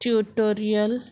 tutorial